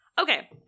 Okay